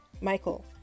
Michael